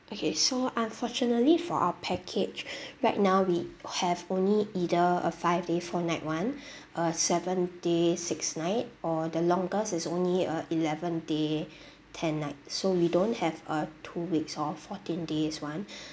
okay so unfortunately for our package right now we have only either a five day four night one a seven day six night or the longest is only a eleven day ten night so we don't have a two weeks or fourteen days one